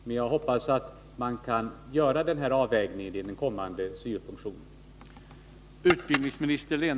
Men jag hoppas att man kan göra denna avvägning i den kommande syo-funktionen.